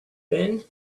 thin